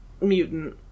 Mutant